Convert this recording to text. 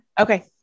Okay